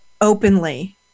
openly